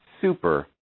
super